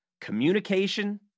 Communication